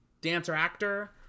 dancer-actor